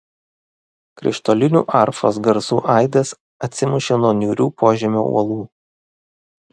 krištolinių arfos garsų aidas atsimušė nuo niūrių požemio uolų